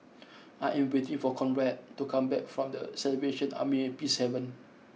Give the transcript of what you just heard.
I am waiting for Conrad to come back from The Salvation Army Peacehaven